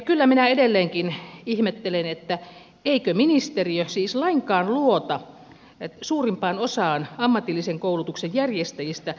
kyllä minä edelleenkin ihmettelen eikö ministeriö siis lainkaan luota suurimpaan osaan ammatillisen koulutuksen järjestäjistä